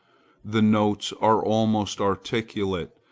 the notes are almost articulate.